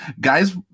guys